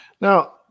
now –